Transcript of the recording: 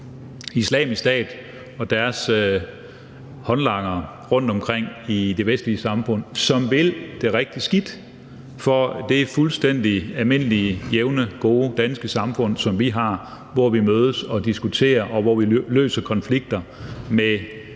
Islamisk Stat og deres håndlangere rundtomkring i det vestlige samfund, som vil det rigtig skidt for det fuldstændig almindelige jævne gode danske samfund, som vi har, hvor vi mødes og diskuterer, og hvor vi løser konflikter med